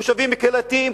מושבים קהילתיים,